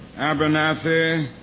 abernathy,